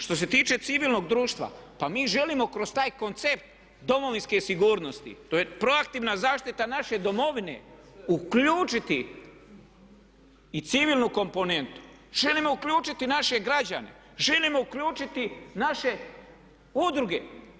Što se tiče civilnog društva pa mi želimo kroz taj koncept domovinske sigurnosti, to je proaktivna zaštita naše domovine, uključiti i civilnu komponentu, želimo uključiti naše građane, želimo uključiti naše udruge.